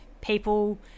people